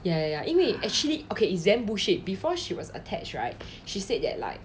ya ya ya 因为 actually okay is damn bullshit before she was attached right she said that like